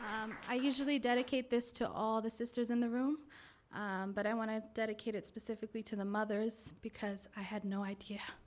you i usually dedicate this to all the sisters in the room but i want to dedicate it specifically to the mothers because i had no idea